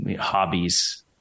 hobbies